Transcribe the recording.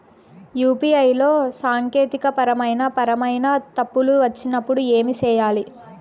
UPI లో సాంకేతికపరమైన పరమైన తప్పులు వచ్చినప్పుడు ఏమి సేయాలి